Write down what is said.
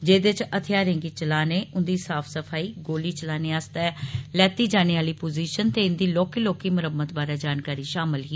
जेहदे च हथियारें गी चलाने उन्दी साफ सफाई गोली चलाने आस्तै लैती जाने आली पोजिषन ते इन्दी लौहकी लौहकी मरम्मत बारै जानकारी षामल ही